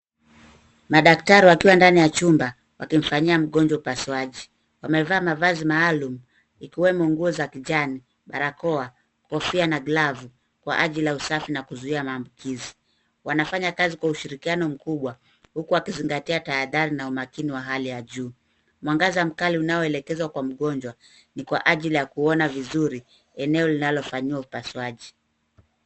Madaktari wakiwa ndani ya chumba wakimfanyia mgonjwa upasuaji, wamevaa mavazi maalum ikiwemo nguo za kijani, barakoa, kofia na glavu kwa ajili ya usafi na kuzuia maambukizi. Wanafanya kazi kwa ushirikiano mkubwa huku wakizingatia tahadhari na umakini wa hali ya juu. Mwangaza mkali unaoelekezwa kwa mgonjwa ni kwa ajili ya kuona vizuri eneo linalofanyiwa upasuaji.